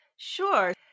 Sure